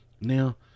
Now